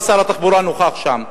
ושר התחבורה נכח שם,